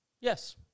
Yes